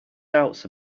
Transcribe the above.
doubts